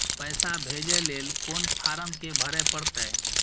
पैसा भेजय लेल कोन फारम के भरय परतै?